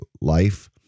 life